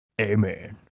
Amen